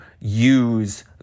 use